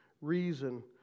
reason